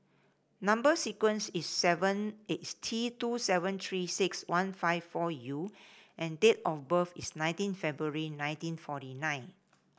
number sequence is seven is T two seven Three six one five four U and date of birth is nineteen February nineteen forty nine